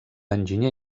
enginyer